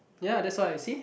ya that's why see